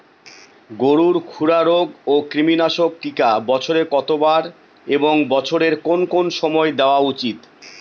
গরুর খুরা রোগ ও কৃমিনাশক টিকা বছরে কতবার এবং বছরের কোন কোন সময় দেওয়া উচিৎ?